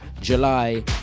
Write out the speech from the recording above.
July